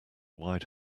wide